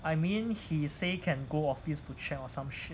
I mean he say can go office to check or some shit